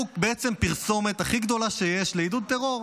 הוא בעצם פרסומת הכי גדולה שיש לעידוד טרור,